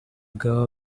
girl